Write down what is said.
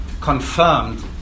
confirmed